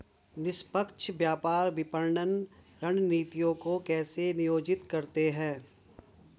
निष्पक्ष व्यापार विपणन रणनीतियों को कैसे नियोजित करते हैं?